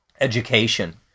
education